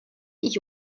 ich